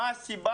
מה הסיבה?